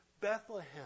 Bethlehem